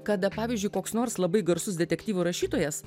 kada pavyzdžiui koks nors labai garsus detektyvų rašytojas